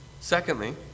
Secondly